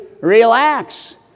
relax